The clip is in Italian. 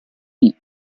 hee